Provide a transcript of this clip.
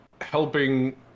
helping